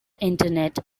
internet